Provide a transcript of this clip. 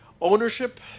ownership